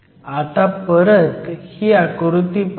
आता परत ही आकृती पहा